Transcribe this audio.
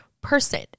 person